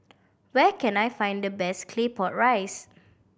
where can I find the best Claypot Rice